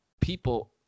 people